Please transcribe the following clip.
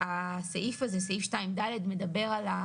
הסעיף הזה, סעיף 2 ד' מדבר על,